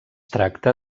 tracta